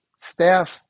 staff